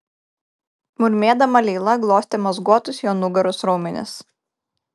murmėdama leila glostė mazguotus jo nugaros raumenis